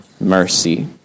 mercy